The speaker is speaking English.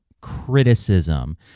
criticism